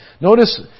Notice